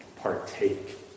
partake